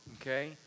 Okay